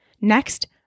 Next